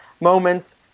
moments